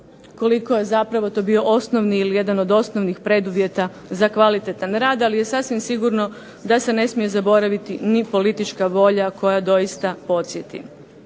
koliko je zapravo to bio osnovni ili jedan od osnovnih preduvjeta za kvalitetan rad. Ali je sasvim sigurno da se ne smije zaboraviti ni politička volja koja doista podsjeti.